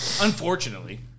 Unfortunately